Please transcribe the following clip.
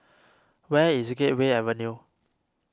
where is Gateway Avenue